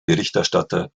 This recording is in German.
berichterstatter